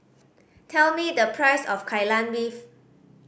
tell me the price of Kai Lan Beef